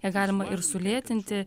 ją galima ir sulėtinti